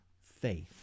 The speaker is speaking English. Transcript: faith